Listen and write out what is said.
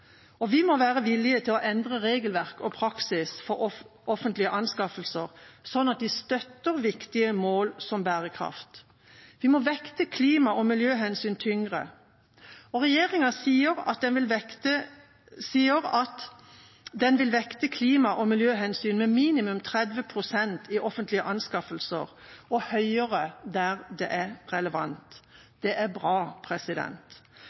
og vi må være villige til å endre regelverk og praksis for offentlige anskaffelser sånn at de støtter viktige mål som bærekraft. De må vekte klima- og miljøhensyn tyngre. Regjeringa sier at den vil vekte klima- og miljøhensyn med minimum 30 pst. i offentlige anskaffelser og høyere der det er